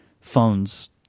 phones